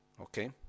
Okay